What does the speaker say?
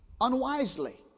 unwisely